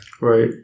Right